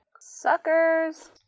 Suckers